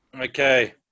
Okay